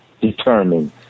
determined